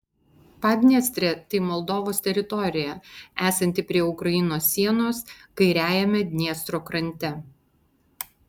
padniestrė tai moldovos teritorija esanti prie ukrainos sienos kairiajame dniestro krante